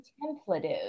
contemplative